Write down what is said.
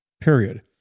period